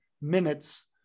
minutes